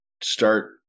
start